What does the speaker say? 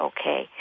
okay